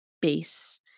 base